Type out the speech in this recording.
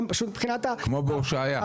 כמו בהושעיה.